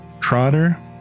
Trotter